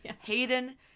hayden